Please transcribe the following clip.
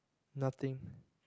nothing